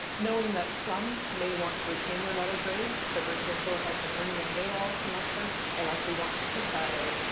knowing that some may want to retain their letter grades. so for example, if i've been earning an a all semester, i likely want to keep that a.